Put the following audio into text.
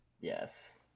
Yes